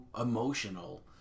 emotional